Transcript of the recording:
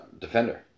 Defender